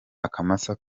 akamasa